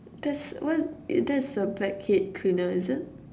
that's what that's a blackhead cleaner is it